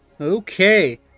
Okay